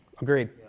Agreed